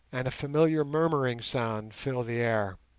and a familiar murmuring sound filled the air.